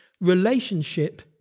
relationship